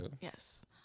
Yes